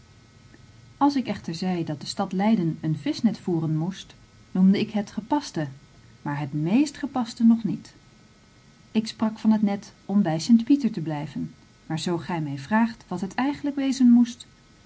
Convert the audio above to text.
als ik echter zeide dat de stad leiden een vischnet voeren moest noemde ik het gepaste maar het meest gepaste nog niet ik sprak van het net om bij st pieter te blijven maar zoo gij mij vraagt wat het eigenlijk wezen moest